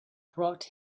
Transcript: brought